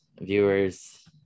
viewers